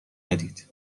ندید